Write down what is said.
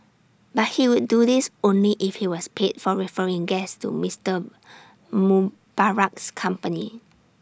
but he would do this only if he was paid for referring guests to Mister Mubarak's company